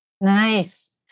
Nice